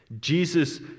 Jesus